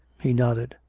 he nodded.